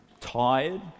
Tired